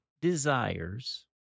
desires